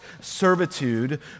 servitude